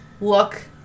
look